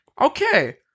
Okay